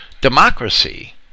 democracy